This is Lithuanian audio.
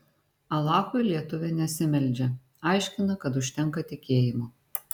alachui lietuvė nesimeldžia aiškina kad užtenka tikėjimo